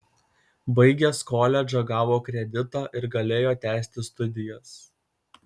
baigęs koledžą gavo kreditą ir galėjo tęsti studijas